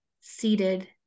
seated